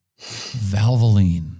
Valvoline